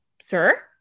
sir